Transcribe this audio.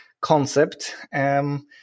concept